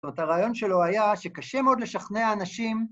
‫זאת אומרת, הרעיון שלו היה ‫שקשה מאוד לשכנע אנשים...